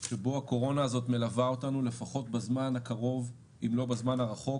השלב שבו הקורונה הזאת מלווה אותנו לפחות בזמן הקרוב אם לא בזמן הרחוק,